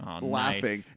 laughing